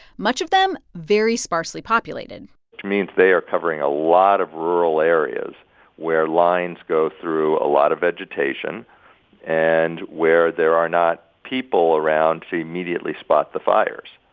much of them very sparsely populated which means they are covering a lot of rural areas where lines go through a lot of vegetation and where there are not people around to immediately spot the fires.